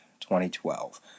2012